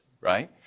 Right